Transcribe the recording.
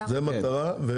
זו מטרה.